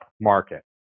market